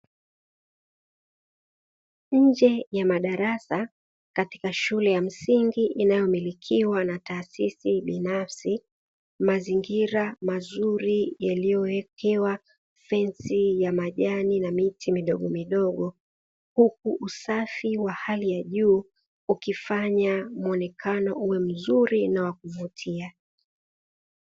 Nje ya madarasa katika shule ya msingi inayomilikiwa na taasisi binafsi, mazingira mazuri yaliyowekewa fensi ya majani na miti midogo midogo, huku usafi wa hali ya juu ukifanya mwonekano uwe mzuri na wa kuvutia.